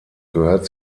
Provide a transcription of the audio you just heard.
gehört